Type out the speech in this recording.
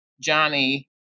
Johnny